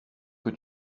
que